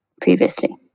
previously